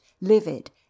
livid